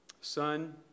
Son